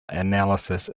analysis